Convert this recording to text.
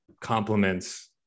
compliments